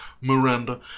Miranda